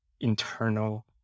internal